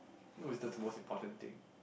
who is that's most important thing